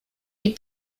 die